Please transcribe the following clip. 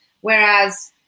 Whereas